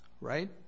right